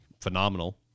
phenomenal